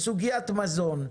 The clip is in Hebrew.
בסוגיית מזון,